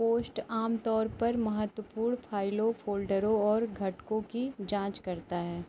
post आम तौर पर महत्वपूर्ण फाइलो फ़ोल्डरों और घटकों की जाँच करता है